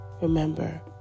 Remember